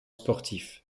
sportifs